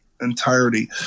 entirety